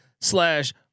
slash